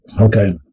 Okay